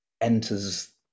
enters